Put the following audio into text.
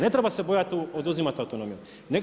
Ne treba se bojati u poduzimat autonomiju.